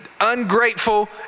ungrateful